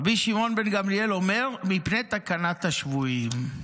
רבן שמעון בן גמליאל אומר: מפני תקנת השבויין'.